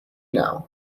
now